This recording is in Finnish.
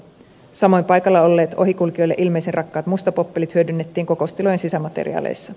samoin paikalla olleet ohikulkijoille ilmeisen rakkaat mustapoppelit hyödynnettiin kokoustilojen sisämateriaaleissa